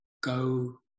go